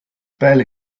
barely